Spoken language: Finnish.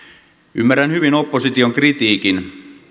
ymmärrän hyvin opposition kritiikin